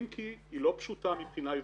אם כי היא לא פשוטה מבחינה הלכתית,